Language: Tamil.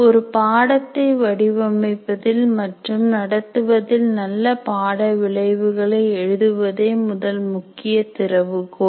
ஒரு பாடத்தை வடிவமைப்பதில் மற்றும் நடத்துவதில் நல்ல பாட விளைவுகளை எழுதுவதே முதல் முக்கிய திறவுகோல்